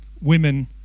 women